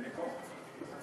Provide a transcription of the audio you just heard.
בממשלה.